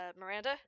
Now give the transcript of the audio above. Miranda